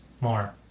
more